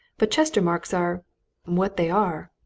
but chestermarkes are what they are!